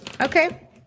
okay